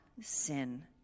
sin